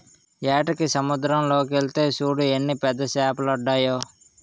ఏటకి సముద్దరం లోకెల్తే సూడు ఎన్ని పెద్ద సేపలడ్డాయో